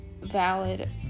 valid